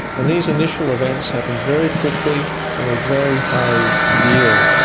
and these initial events happen very quickly and with very high yield.